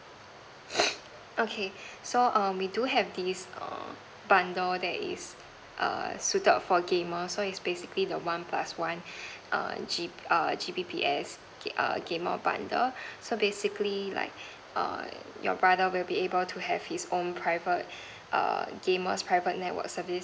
okay so um we do have this err bundle that is err suited for gamer so it's basically the one plus one err G err G_B_P_S gam~ err gamer bundle so basically like err your brother would be able to have his own private err gamer's private network service